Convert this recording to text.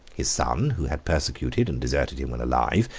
his son, who had persecuted and deserted him when alive,